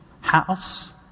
house